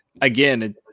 again